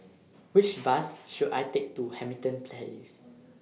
Which Bus should I Take to Hamilton Place